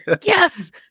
Yes